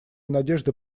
надеждой